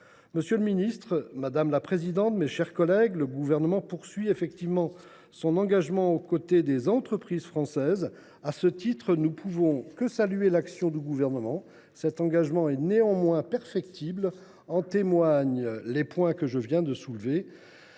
monsieur le ministre, mes chers collègues, le Gouvernement poursuit son engagement aux côtés des entreprises françaises. À ce titre, nous ne pouvons que saluer son action. Cet engagement est néanmoins perfectible, en témoignent les points que je viens de soulever.